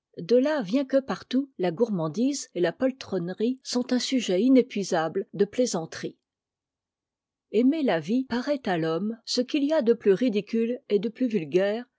de vient que partout la gourmandise et la poltronnerie sont sujet inépuisable de plaisanteries aimer a vie paraît à l'homme ce qu'il y a de plus ridicule et de plus vulgaire